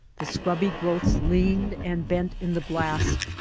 the scrubby growths leaned and bent in the blast,